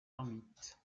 ermite